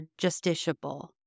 justiciable